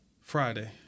Friday